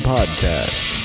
Podcast